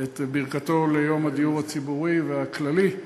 את ברכתו ליום הדיור הציבורי והכללי.